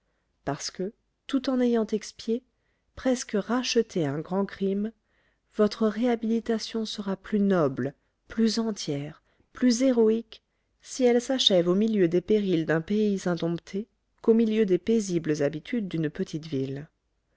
parce que tout en ayant expié presque racheté un grand crime votre réhabilitation sera plus noble plus entière plus héroïque si elle s'achève au milieu des périls d'un pays indompté qu'au milieu des paisibles habitudes d'une petite ville